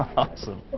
awesome.